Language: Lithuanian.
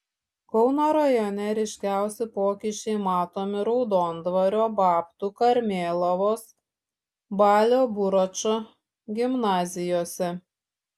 kauno rajone ryškiausi pokyčiai matomi raudondvario babtų karmėlavos balio buračo gimnazijose